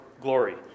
glory